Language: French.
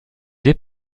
des